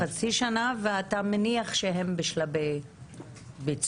חצי שנה ואתה מניח שהם בשלבי ביצוע,